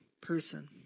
person